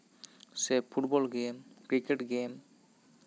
ᱥᱮ ᱯᱷᱩᱴᱵᱚᱞ ᱜᱮᱢ ᱠᱤᱨᱠᱮᱴ ᱜᱮᱢ